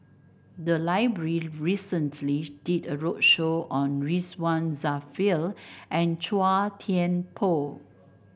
the library recently did a roadshow on Ridzwan Dzafir and Chua Thian Poh